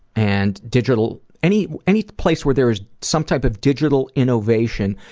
and digital any any place where there is some type of digital innovation,